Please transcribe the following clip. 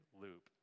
loop